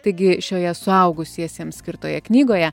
taigi šioje suaugusiesiems skirtoje knygoje